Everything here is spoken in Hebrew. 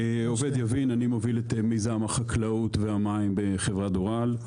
מוביל את מיזם החקלאות והמים בחברת דוראל.